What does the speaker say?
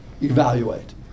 evaluate